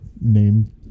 name